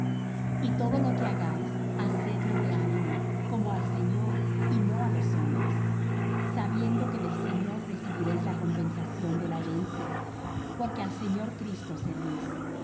y todo lo que hagáis hacedlo de ánimo como al señor y no á los hombres sabiendo que del señor recibiréis la compensación de la herencia porque al señor cristo servís